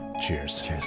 cheers